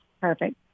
Perfect